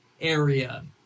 area